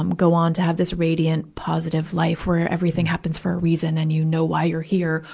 um go on to have this radiant, positive life where everything happens for a reason and you know why you're here.